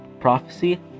prophecy